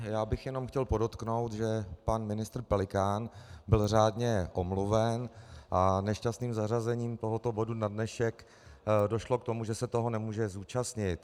Já bych jenom chtěl podotknout, že pan ministr Pelikán byl řádně omluven, a nešťastným zařazením tohoto bodu na dnešek došlo k tomu, že se toho nemůže zúčastnit.